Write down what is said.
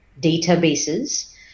databases